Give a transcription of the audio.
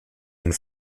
and